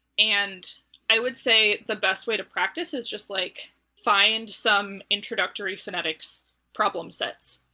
and i would say the best way to practice is just like find some introductory phonetics problem sets.